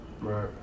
Right